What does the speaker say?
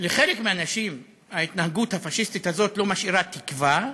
לחלק מהאנשים ההתנהגות הפאשיסטית הזאת לא משאירה תקווה,